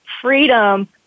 freedom